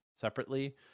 separately